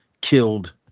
Killed